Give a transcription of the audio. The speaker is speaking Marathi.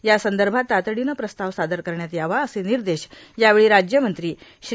यासंदर्भात तातडीने प्रस्ताव सादर करण्यात यावा असे निर्देश यावेळी राज्यमंत्री श्री